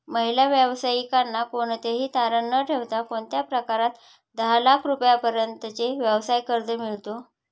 महिला व्यावसायिकांना कोणतेही तारण न ठेवता कोणत्या प्रकारात दहा लाख रुपयांपर्यंतचे व्यवसाय कर्ज मिळतो?